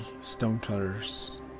stonecutters